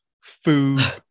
food